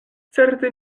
certe